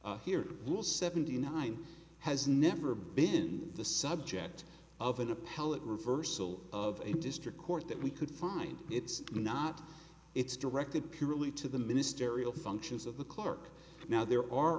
here rule seventy nine has never been the subject of an appellate reversal of a district court that we could find it's not it's directed purely to the ministerial functions of the clerk now there are